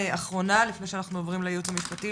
אחרונה לפני שאנחנו עוברים לייעוץ המשפטי,